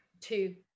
two